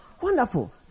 wonderful